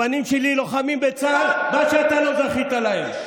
הבנים שלי לוחמים בצה"ל, מה שאתה לא זכית לו.